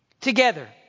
together